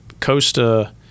Costa